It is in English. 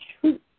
truth